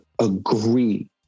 agree